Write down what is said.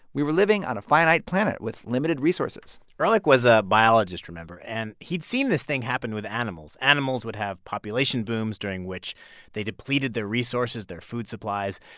we were living on a finite planet with limited resources ehrlich was a biologist, remember. and he'd seen this thing happen with animals. animals would have population booms during which they depleted their resources, their food supplies.